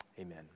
Amen